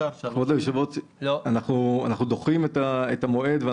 כבוד היושב-ראש, אנחנו דוחים את המועד.